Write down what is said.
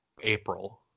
April